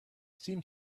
seemed